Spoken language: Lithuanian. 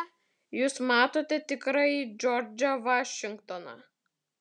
čia jūs matote tikrąjį džordžą vašingtoną